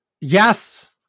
yes